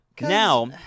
Now